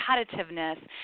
competitiveness